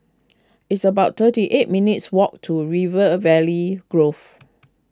it's about thirty eight minutes' walk to River Valley Grove